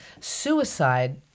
suicide